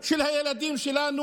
של הילדים שלנו,